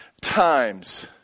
times